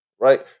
right